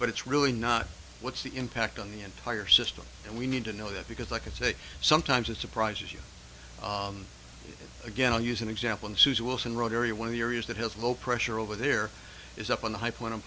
but it's really not what's the impact on the entire system and we need to know that because like i say sometimes it surprises you again i'll use an example and susan wilson road area one of the areas that has low pressure over there is up on the high point